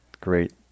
great